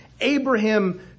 Abraham